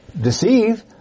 deceive